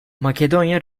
makedonya